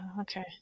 okay